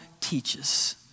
teaches